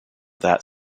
that